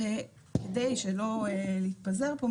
כדי שלא נתפזר פה,